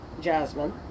Jasmine